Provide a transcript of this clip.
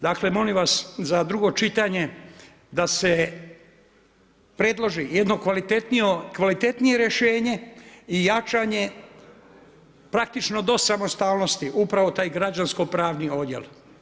Dakle molim vas za drugo čitanje da se predloži jedno kvalitetnije rješenje i jačanje praktično do samostalnosti upravo taj Građanskopravni odjel.